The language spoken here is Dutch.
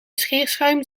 scheerschuim